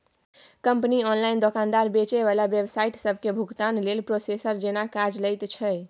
company online दोकानदार, बेचे बला वेबसाइट सबके भुगतानक लेल प्रोसेसर जेना काज लैत छै